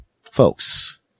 folks